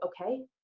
okay